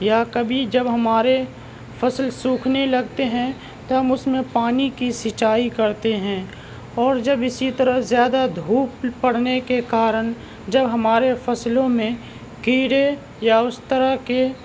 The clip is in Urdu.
یا کبھی جب ہمارے فصل سوکھنے لگتے ہیں تو ہم اس میں پانی کی سنچائی کرتے ہیں اور جب اسی طرح زیادہ دھوپ پڑنے کے کارن جب ہمارے فصلوں میں کیڑے یا اس طرح کے